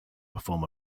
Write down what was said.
perform